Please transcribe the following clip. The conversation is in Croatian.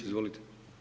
Izvolite.